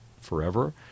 forever